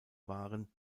waren